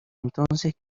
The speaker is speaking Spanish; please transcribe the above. entonces